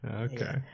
okay